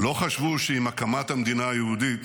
לא חשבו שעם הקמת המדינה היהודית